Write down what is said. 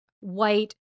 white